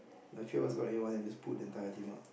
my peers also got A one and just pulled the entire team up